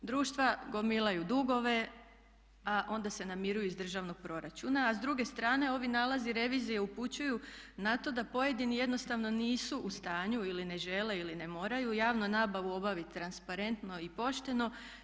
Društva gomilaju dugove, a onda se namiruju iz državnog proračuna, a s druge strane ovi nalazi revizije upućuju na to da pojedini jednostavno nisu u stanju ili ne žele ili ne moraju javnu nabavu obaviti transparentno i pošteno.